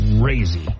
crazy